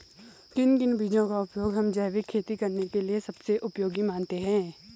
किन किन बीजों का उपयोग हम जैविक खेती करने के लिए सबसे उपयोगी मानते हैं?